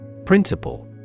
Principle